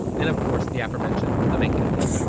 and of course the aforementioned, the making of me.